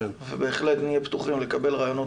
אנחנו בהחלט נהיה פתוחים לקבל רעיונות